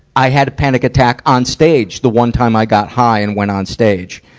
i had a panic attack on stage, the one time i got high and went on stage,